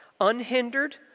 unhindered